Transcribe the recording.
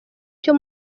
cyo